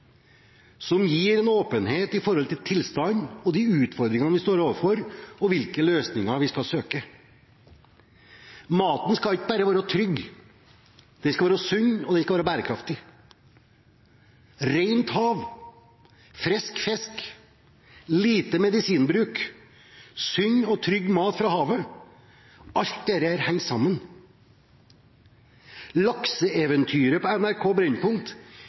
som gir åpenhet med tanke på tilstand, de utfordringene vi står overfor, og hvilke løsninger vi skal søke. Maten skal ikke bare være trygg, den skal også være sunn og bærekraftig. Rent hav, frisk fisk, lite medisinbruk, sunn og trygg mat fra havet – alt dette henger sammen. «Lakseeventyret» på NRK Brennpunkt